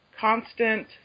constant